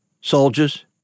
Soldiers